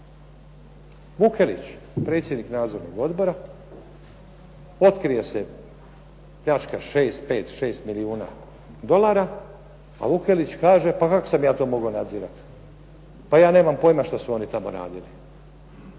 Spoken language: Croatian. Vukelić, predsjednik nadzornog odbora, otkrije se pljačka 6, 5, 6 milijuna dolara, a Vukelić kaže pa kako sam ja to mogao nadzirati. Pa ja nemam pojma šta su oni tamo radili.